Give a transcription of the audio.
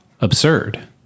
absurd